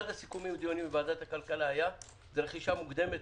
אחד הסיכומים של הדיונים ועדת הכלכלה היה רכישה מוקדמת,